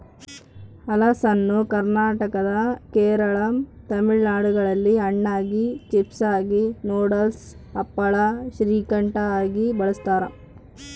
ಹಲಸನ್ನು ಕರ್ನಾಟಕ ಕೇರಳ ತಮಿಳುನಾಡುಗಳಲ್ಲಿ ಹಣ್ಣಾಗಿ, ಚಿಪ್ಸಾಗಿ, ನೂಡಲ್ಸ್, ಹಪ್ಪಳ, ಶ್ರೀಕಂಠ ಆಗಿ ಬಳಸ್ತಾರ